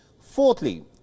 Fourthly